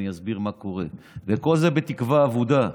אני אסביר מה קורה, וכל זה בתקווה אבודה,